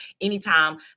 anytime